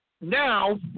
now